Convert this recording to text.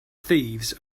thieves